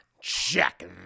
check